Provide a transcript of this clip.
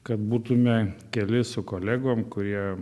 kad būtume keli su kolegom kurie